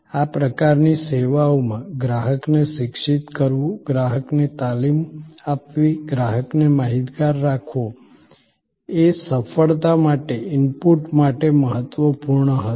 આ પ્રકારની સેવાઓમાં ગ્રાહકને શિક્ષિત કરવું ગ્રાહકને તાલીમ આપવી ગ્રાહકને માહિતગાર રાખવો એ સફળતા માટે ઇનપુટ માટે મહત્વપૂર્ણ હશે